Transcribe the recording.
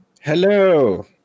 Hello